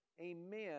amen